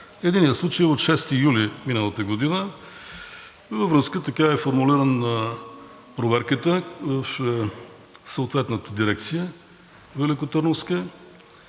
Единият случай е от 6 юли миналата година във връзка, така е формулирана проверката в съответната Великотърновска